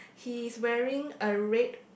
he's wearing a red